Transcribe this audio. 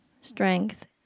strength